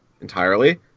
entirely